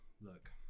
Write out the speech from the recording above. Look